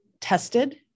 tested